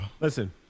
Listen